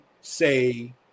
say